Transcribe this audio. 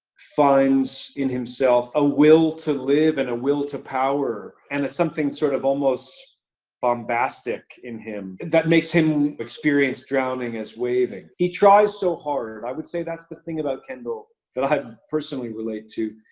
finds, in himself, a will to live and a will to power, and it's something sort of almost bombastic in him. that makes him experience drowning as waving. he tries so hard, i would say that's the thing about kendall that i personally relate to,